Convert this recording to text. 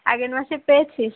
আগের মাসের পেয়েছিস